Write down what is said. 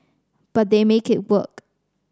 but they make it work